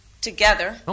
together